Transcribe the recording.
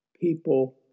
people